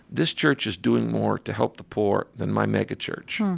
this church is doing more to help the poor than my megachurch.